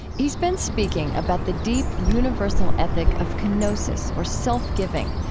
he's been speaking about the deep universal ethic of kenosis, or self-giving,